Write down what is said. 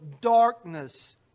darkness